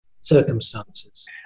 circumstances